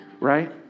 Right